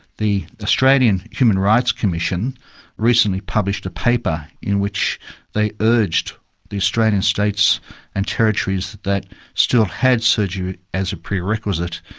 the australian human rights commission recently published a paper in which they urged the australian states and territories that still had surgery as a prerequisite,